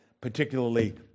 particularly